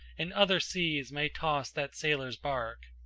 and other seas may toss that sailor's bark.